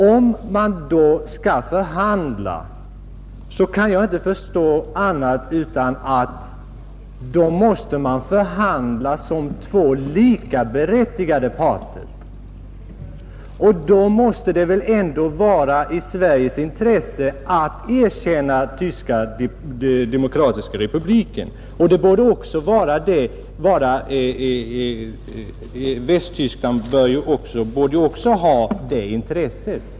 Om man då skall förhandla, kan jag inte förstå annat än att man måste förhandla som två likaberättigade parter, och då måste det väl ändå vara i Sveriges intresse att erkänna Tyska demokratiska republiken. Det borde också Västtyskland vara intresserat av.